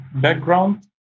background